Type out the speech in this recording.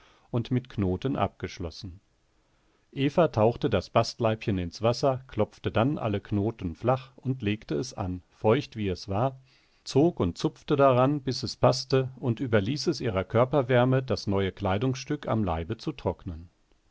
und mit knoten abgeschlossen eva tauchte das bastleibchen ins wasser klopfte dann alle knoten flach und legte es an feucht wie es war zog und zupfte daran bis es paßte und überließ es ihrer körperwärme das neue kleidungsstück am leibe zu trocknen